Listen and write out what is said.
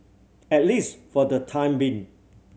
at least for the time being